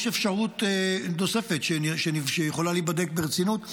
יש אפשרות נוספת שיכולה להיבדק ברצינות: